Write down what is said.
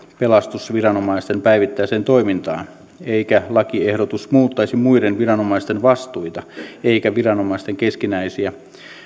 pelastusviranomaisten päivittäiseen toimintaan eikä lakiehdotus muuttaisi muiden viranomaisten vastuita eikä viranomaisten keskinäisiä